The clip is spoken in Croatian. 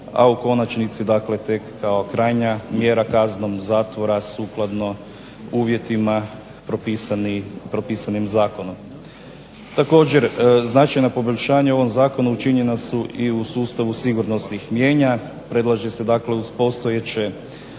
a u konačnici dakle tek kao krajnja mjera kaznom zatvora sukladno uvjetima propisanim zakonom. Također značajna poboljšanja u ovom zakonu učinjena su i u sustavu sigurnosnih mijenja. Predlaže se dakle da uz postojeće